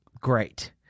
Great